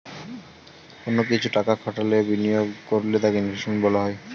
কোন কিছুতে টাকা খাটালে বা বিনিয়োগ করলে তাকে ইনভেস্টমেন্ট বলা হয়